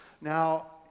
Now